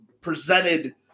presented